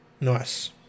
Nice